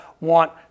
want